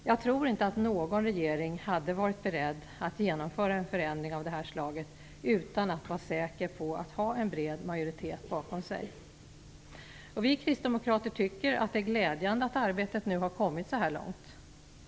Jag tror inte att någon regering hade varit beredd att genomföra en förändring av det här slaget utan att vara säker på att ha en bred majoritet bakom sig. Vi kristdemokrater tycker att det är glädjande att arbetet nu har kommit så här långt.